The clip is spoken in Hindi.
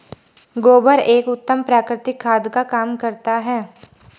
गोबर एक उत्तम प्राकृतिक खाद का काम करता है